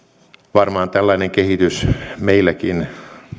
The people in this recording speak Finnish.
varmaan tällainen kehitys meilläkin